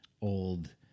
old